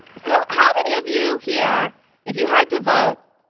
so how many of you here if you had to vote,